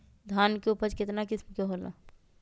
धान के उपज केतना किस्म के होला?